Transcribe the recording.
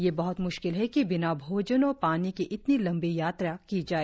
यह बह्त मुश्किल है कि बिना भोजन और पानी के इतनी लम्बी यात्रा की जाए